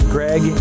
Greg